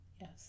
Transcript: Yes